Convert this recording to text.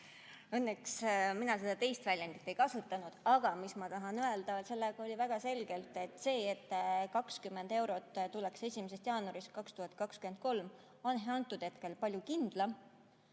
Õnneks mina seda teist väljendit ei kasutanud. Aga mida ma tahan öelda, [on see, et] sellega oli väga selge: see, et 20 eurot tuleks 1. jaanuarist 2023, on antud hetkel palju kindlam,